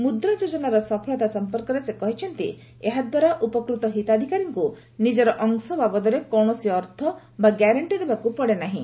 ମୁଦ୍ରା ଯୋଜନାର ସଫଳତା ସଂପର୍କରେ ସେ କହିଛନ୍ତି ଏହା ଦ୍ୱାରା ଉପକୃତ ହିତାଧିକାରୀଙ୍କୁ ନିଜର ଅଂଶ ବାବଦରେ କୌଣସି ଅର୍ଥ ବା ଗ୍ୟାରେଣ୍ଟି ଦେବାକୁ ପଡ଼େନାହିଁ